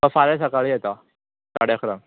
फाल्यां सकाळीं येता साडे अकरांक